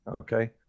okay